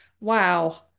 Wow